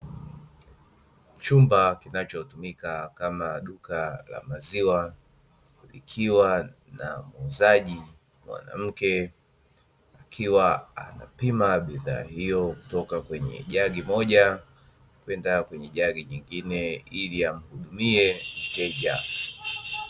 Chumba kinachotumika kama duka la maziwa, likiwa na muuzaji mwanamke akiwa anapima bidhaa hiyo, kutoka kwenye jagi moja kwenda kwenye jagi jingine ili amuhudumie mteja.